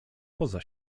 poza